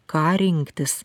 ką rinktis